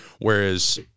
Whereas